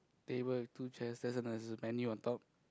they will have two chairs many on top